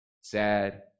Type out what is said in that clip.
sad